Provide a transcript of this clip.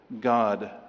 God